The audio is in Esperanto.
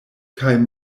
kaj